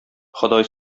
ходай